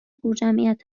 پرجمعیت